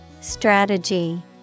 Strategy